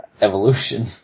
evolution